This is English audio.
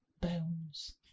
Bones